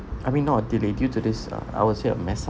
I mean not delay due to this uh I will say a mess up